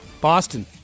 Boston